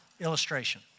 Illustration